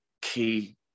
key